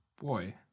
boy